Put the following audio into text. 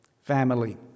Family